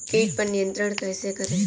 कीट पर नियंत्रण कैसे करें?